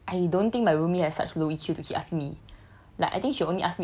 okay I don't think my roomie has such low E_Q to keep ask me